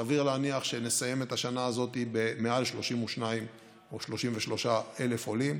סביר להניח שנסיים את השנה הזאת במעל 32,000 או 33,000 עולים,